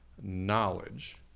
knowledge